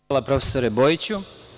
Hvala, profesore Bojiću.